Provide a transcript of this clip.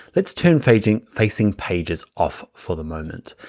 let's turn facing facing pages off for the moment.